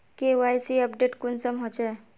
KYC update कुंसम होचे?